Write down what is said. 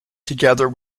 together